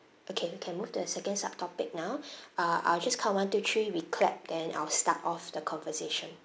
okay we can move to the second sub topic now uh I'll just count one two three we clap then I'll start off the conversation